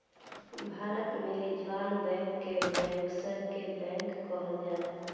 भारत में reserve bank के bankers के बैंक कहल जाला